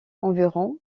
environ